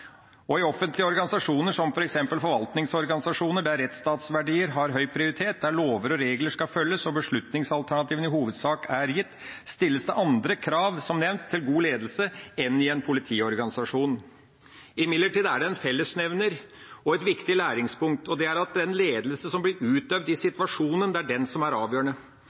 I offentlige organisasjoner, som f.eks. forvaltningsorganisasjoner, der rettsstatsverdier har høy prioritet, der lover og regler skal følges, og der beslutningsalternativene i hovedsak er gitt, stilles det andre krav – som nevnt – til god ledelse enn i en politiorganisasjon. Det er imidlertid en fellesnevner og et viktig læringspunkt. Det er at det er den ledelsen som blir utøvd i situasjonen, som er avgjørende. Det er